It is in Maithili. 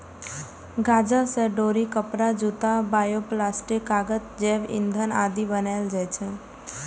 गांजा सं डोरी, कपड़ा, जूता, बायोप्लास्टिक, कागज, जैव ईंधन आदि बनाएल जाइ छै